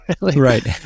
Right